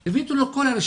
הבאתי לו את כל הרשימות.